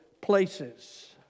places